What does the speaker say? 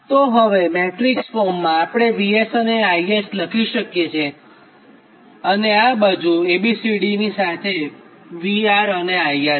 તો હવે મેટ્રિક્સ ફોર્મમાં આપણે VS અને IS લખી શકીએ છીએ અને આ બાજુ A B C D સાથે VR IR છે